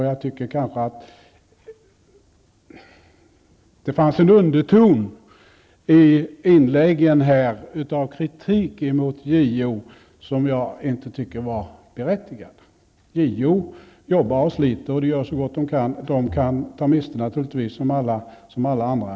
Det fanns kanske i inläggen här en underton av kritik mot JO som jag inte tycker var berättigad. Riksdagens ombudsmän jobbar och sliter och gör så gott de kan. Naturligtvis kan de ta miste, som alla andra.